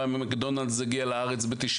מקדונלדס הגיע לארץ ב-93'.